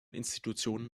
institutionen